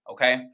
Okay